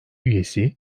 üyesi